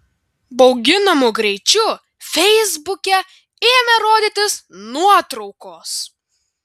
bauginamu greičiu feisbuke ėmė rodytis nuotraukos